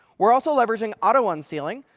we're also leveraging auto unsealing.